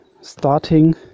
starting